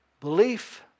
Belief